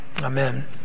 amen